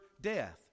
death